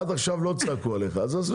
עד עכשיו לא צעקו עליך, אז עזוב.